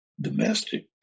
domestic